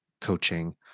coaching